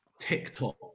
TikTok